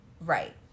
right